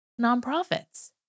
nonprofits